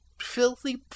filthy